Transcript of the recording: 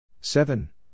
Seven